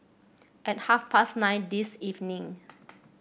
at half past nine this evening